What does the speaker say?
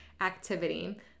activity